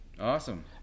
Awesome